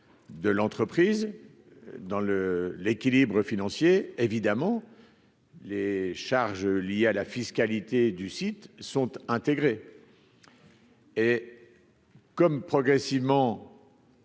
de l'entreprise dans le l'équilibre financier, évidemment les charges liées à la fiscalité du site sont intégrés et comme progressivement.